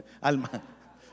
Alma